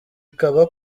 ikaba